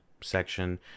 section